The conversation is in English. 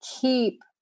keep